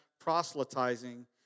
proselytizing